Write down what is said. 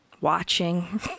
Watching